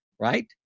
right